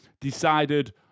decided